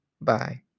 Bye